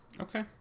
okay